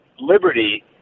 liberty